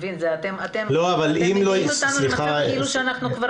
אתם מביאים אותנו למצב כאילו אנחנו כבר